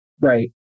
right